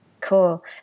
Cool